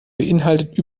beeinhaltet